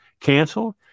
canceled